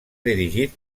dirigit